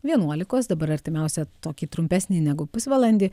vienuolikos dabar artimiausią tokį trumpesnį negu pusvalandį